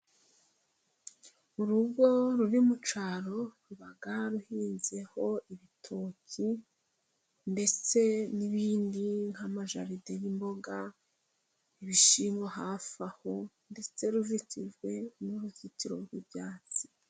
Urugo ruri mu cyaro ruba ruhinzeho ibitoki ndetse n'ibindi nk'amajaride y'imboga, ibishyimbo hafi aho, ndetse ruzitijwe n'uruzitiro rw'ibyatsi.